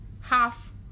half